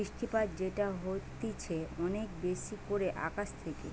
বৃষ্টিপাত যেটা হতিছে অনেক বেশি করে আকাশ থেকে